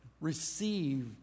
receive